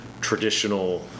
traditional